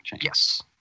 Yes